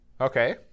Okay